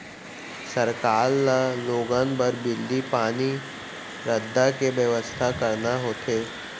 सरकार ल लोगन बर बिजली, पानी, रद्दा के बेवस्था करना होथे